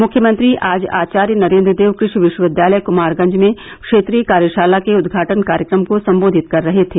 मुख्यमंत्री आज आचार्य नरेन्द्र देव कृशि विष्वविद्यालय कुमारगंज में क्षेत्रीय कार्यषाला के उद्घाटन कार्यक्रम को सम्बोधित कर रहे थे